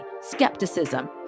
skepticism